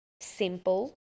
simple